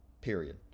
period